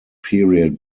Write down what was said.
period